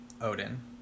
odin